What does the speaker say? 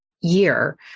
year